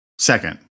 second